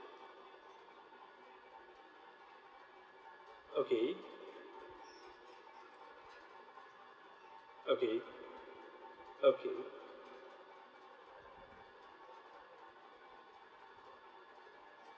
okay okay okay